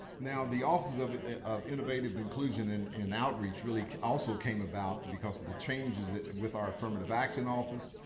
now, the office of of innovative inclusion and and outreach really, also came about because of the changes with our affirmative action office.